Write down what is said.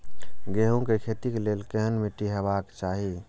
गेहूं के खेतीक लेल केहन मीट्टी हेबाक चाही?